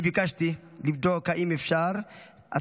אני ביקשתי לבדוק אם אפשר,